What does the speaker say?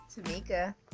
Tamika